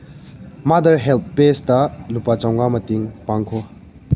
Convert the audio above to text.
mother help ꯄꯦꯖꯇꯥ ꯂꯨꯄꯥ ꯆꯃꯉꯥ ꯃꯇꯦꯡ ꯄꯥꯡꯈꯣ